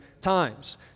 times